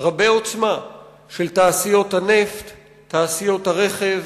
רבי-עוצמה של תעשיות הנפט ותעשיות הרכב.